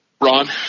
Ron